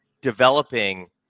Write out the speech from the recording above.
developing